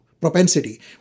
propensity